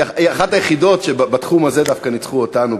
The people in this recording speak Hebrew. היא אחת היחידות שבתחום הזה דווקא ניצחו אותנו,